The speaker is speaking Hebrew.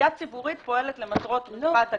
כלבייה ציבורית פועלת למטרות רווחת הכלב.